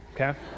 okay